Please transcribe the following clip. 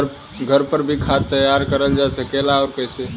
घर पर भी खाद तैयार करल जा सकेला और कैसे?